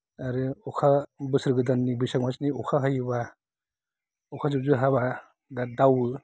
आरो अखा बोसोर गोदाननि बैसाग मासनि अखा हायोबा अखा जुब जुब हाबा दा दावो